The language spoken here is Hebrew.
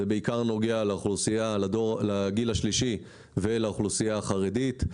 זה בעיקר נוגע לגיל השליש ולאוכלוסייה החרדית.